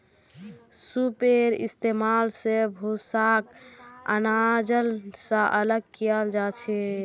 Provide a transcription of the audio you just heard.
सूपेर इस्तेमाल स भूसाक आनाज स अलग कियाल जाछेक